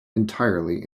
entirely